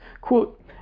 quote